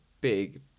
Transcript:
big